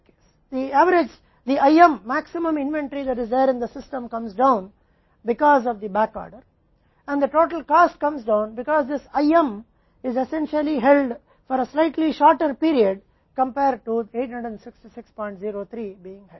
औसत IM अधिकतम inventory जो सिस्टम में है बैकऑर्डर की वजह से नीचे आती है और कुल लागत कम आती है क्योंकि यह IM अनिवार्य रूप से थोड़े समय के लिए आयोजित किया जाता है जबकि 86603 आयोजित किया जा रहा है